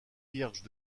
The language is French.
vierges